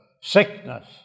sickness